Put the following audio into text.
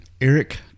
Eric